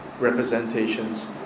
representations